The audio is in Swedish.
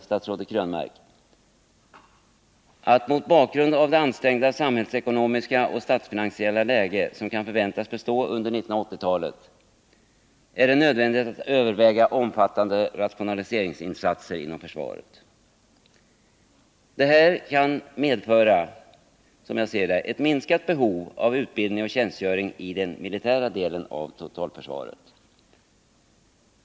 statsrådet Krönmark, att det mot bakgrund av det ansträngda samhällsekonomiska och statsfinansiella läge som kan förväntas bestå under 1980-talet är nödvändigt att överväga omfattande rationaliseringsinsatser inom försvaret. Detta kan som jag ser det medföra ett minskat behov av utbildning och tjänstgöring i den militära delen av totalförsvaret.